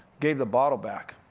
gave the bottle back.